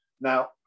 Now